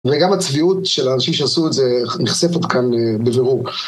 וגם הצביעות של האנשים שעשו את זה נחשפת כאן בבירור.